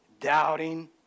doubting